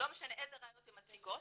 לא משנה איזה ראיות הן מציגות,